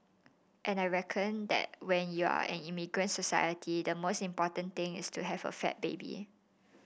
and I reckon that when you're an immigrant society the most important thing is to have a fat baby